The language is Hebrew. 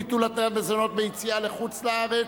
ביטול התניית מזונות ביציאה לחו"ל),